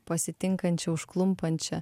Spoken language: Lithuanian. pasitinkančią užklumpančią